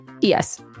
Yes